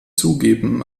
zugeben